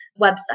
website